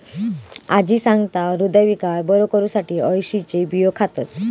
आजी सांगता, हृदयविकार बरो करुसाठी अळशीचे बियो खातत